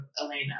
Elena